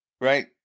right